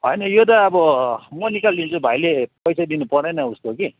हैन यो त अब म निकालिदिन्छु भाइले पैसै दिनुपरेन उसको कि